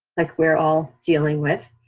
like we're all dealing with.